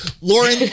Lauren